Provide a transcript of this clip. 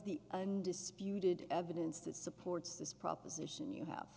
the undisputed evidence that supports this proposition you h